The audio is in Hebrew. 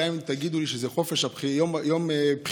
גם אם תגידו לי שזה יום בחירה,